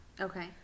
Okay